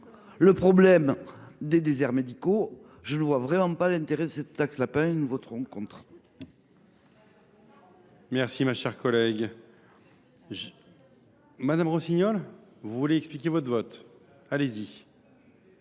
le problème des déserts médicaux. Je ne vois vraiment pas l’intérêt de cette « taxe lapin »; nous voterons contre.